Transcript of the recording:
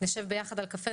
נשב ביחד על קפה,